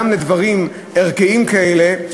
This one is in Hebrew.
גם בדברים ערכיים כאלה,